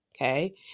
okay